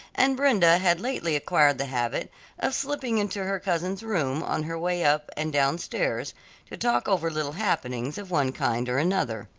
and brenda had lately acquired the habit of slipping into her cousin's room on her way up and downstairs to talk over little happenings of one kind or another.